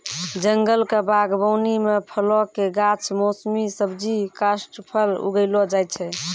जंगल क बागबानी म फलो कॅ गाछ, मौसमी सब्जी, काष्ठफल उगैलो जाय छै